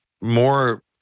more